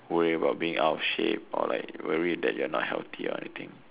worry about being out shape or like worry that you're not healthy or anything